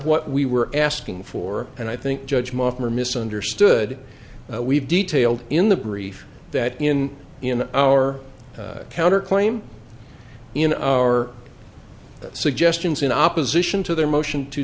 what we were asking for and i think judge mommer misunderstood we've detailed in the brief that in in our counterclaim in our suggestions in opposition to their motion to